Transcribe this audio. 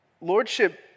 Lordship